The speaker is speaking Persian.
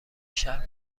شهر